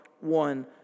one